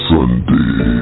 Sunday